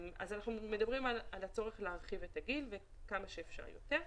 אנחנו מדברים על הצורך להעלות את הגיל כמה שאפשר יותר.